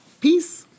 peace